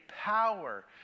power